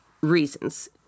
reasons